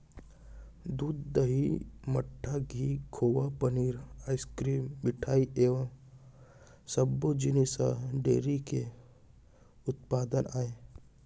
दूद, दही, मठा, घींव, खोवा, पनीर, आइसकिरिम, मिठई ए सब्बो जिनिस ह डेयरी के उत्पादन आय